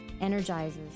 energizes